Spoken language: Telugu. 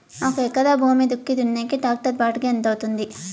ఒక ఎకరా భూమి దుక్కి దున్నేకి టాక్టర్ బాడుగ ఎంత అవుతుంది?